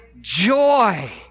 joy